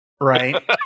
right